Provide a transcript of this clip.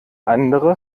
andere